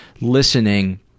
listening